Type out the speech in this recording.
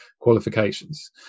qualifications